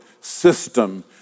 system